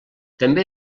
també